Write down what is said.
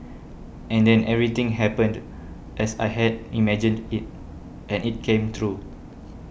and then everything happened as I had imagined it and it came through